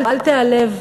אל תיעלב,